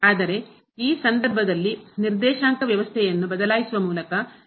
ಆದರೆ ಈ ಸಂದರ್ಭದಲ್ಲಿ ನಿರ್ದೇಶಾಂಕ ವ್ಯವಸ್ಥೆಯನ್ನು ಬದಲಾಯಿಸುವ ಮೂಲಕ